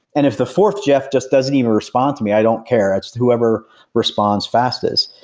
and if the fourth jeff just doesn't even respond to me, i don't care. it's whoever responds fastest.